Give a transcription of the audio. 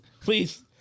Please